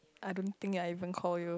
I don't think I even call you